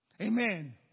Amen